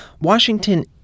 Washington